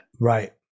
Right